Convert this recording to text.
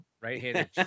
Right-handed